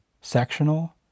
sectional